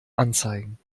anzeigen